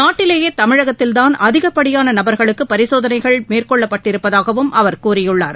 நாட்டீலேயே தமிழகத்தில் தான் அதிகப்படியான நபர்குளக்கு பரிசோதனைகள் மேற்கொள்ளப்பட்டிருப்பதாகவும் அவர் கூறியுள்ளார்